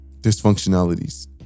Dysfunctionalities